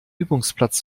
übungsplatz